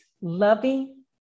loving